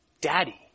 Daddy